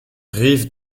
rives